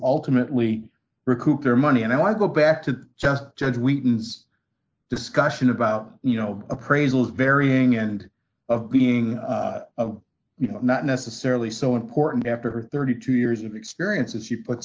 ultimately recoup their money and i want to go back to just judge we discussion about you know appraisals varying and of being you know not necessarily so important after thirty two years of experience as he puts